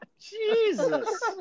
Jesus